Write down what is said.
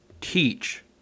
teach